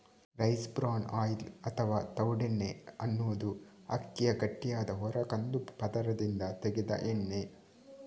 rice bran oil ಅಥವಾ ತವುಡೆಣ್ಣೆ ಅನ್ನುದು ಅಕ್ಕಿಯ ಗಟ್ಟಿಯಾದ ಹೊರ ಕಂದು ಪದರದಿಂದ ತೆಗೆದ ಎಣ್ಣೆ